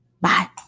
Bye